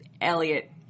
Elliot